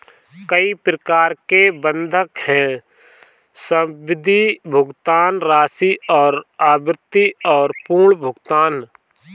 कई प्रकार के बंधक हैं, सावधि, भुगतान राशि और आवृत्ति और पूर्व भुगतान